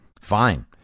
Fine